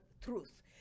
truth